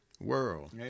world